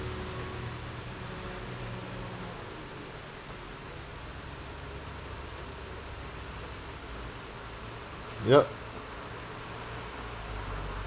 yup